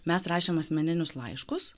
mes rašėm asmeninius laiškus